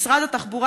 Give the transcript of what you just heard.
משרד התחבורה,